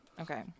Okay